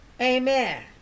Amen